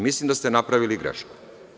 Mislim da ste napravili grešku.